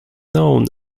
known